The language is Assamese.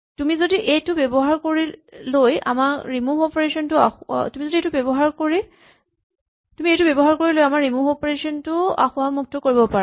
তুমি এইটো ব্যৱহাৰ কৰি লৈ আমাৰ ৰিমোভ অপাৰেচন টো আসোঁৱাহ মুক্ত কৰিব পাৰা